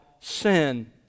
sin